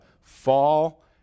fall